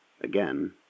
Again